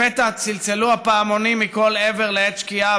לפתע צלצלו הפעמונים מכל עבר לעת שקיעה,